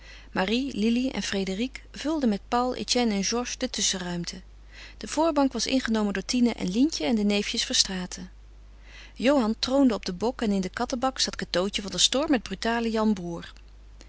marie lili en frédérique vulden met paul etienne en georges de tusschenruimte de voorbank was ingenomen door tine en lientje en de neefjes verstraeten johan troonde op den bok en in den kattebak zat cateautje van der stoor met brutalen janbroêr